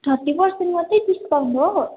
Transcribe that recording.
thirty percent मात्रै discount हो